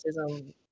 racism